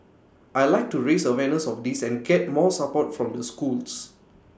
I'd like to raise awareness of this and get more support from the schools